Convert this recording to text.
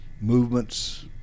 movements